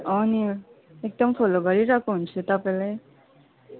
हो नि एकदम फलो गरिरहेको हुन्छु तपाईँलाई